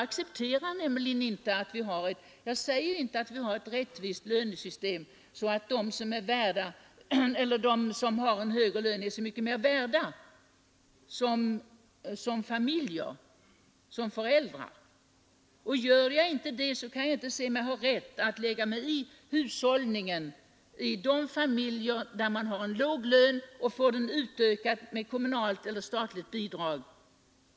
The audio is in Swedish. Vi har inte ett lönesystem utformat så att en högre lön utgår till dem som är mest värda som föräldrar. Därför kan jag inte anse mig ha en särskild rätt att lägga mig i hushållningen i de familjer som har låg lön och får den utökad med kommunalt eller statligt bidrag.